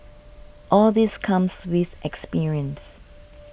all this comes with experience